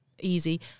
easy